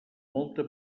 molta